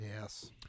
yes